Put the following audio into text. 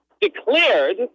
declared